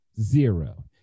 Zero